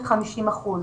ההסתגלות שמוכרים לנו.